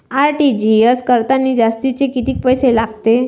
RTGS करतांनी जास्तचे कितीक पैसे लागते?